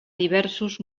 diversos